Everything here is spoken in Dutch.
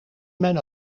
mijn